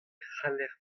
cʼhaller